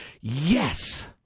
yes